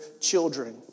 children